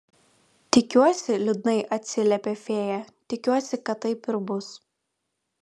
tikiuosi liūdnai atsiliepė fėja tikiuosi kad taip ir bus